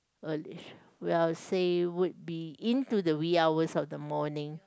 early well I'd say would be into the wee hours of the morning